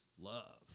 love